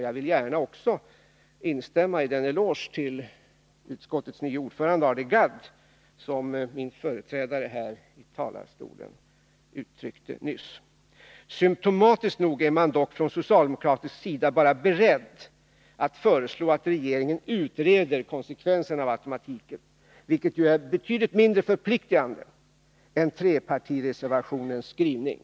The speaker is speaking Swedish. Jag vill gärna instämma i den eloge som min företrädare i talarstolen nyss gav utskottets nye ordförande, Arne Gadd. Symptomatiskt nog är man dock från socialdemokratisk sida bara beredd att föreslå att regeringen utreder konsekvenserna av automatiken, vilket ju är betydligt mindre förpliktigande än trepartireservationens skrivning.